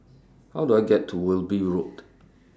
How Do I get to Wilby Road